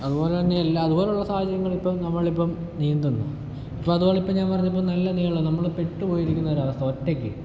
അതുപോലെ തന്നെയെല്ലാ അതുപോലുള്ള സാഹചര്യങ്ങളിപ്പം നമ്മളിപ്പം നീന്തുന്നു ഇപ്പം അതുപോലെ ഇപ്പം ഞാൻ പറഞ്ഞപ്പം നല്ല നീളം നമ്മൾ പെട്ട് പോയിരിക്കുന്ന ഒരവസ്ഥ ഒറ്റക്ക്